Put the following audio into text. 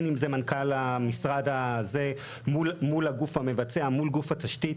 אם זה מנכ״ל המשרד המבצע מול גוף התשתית,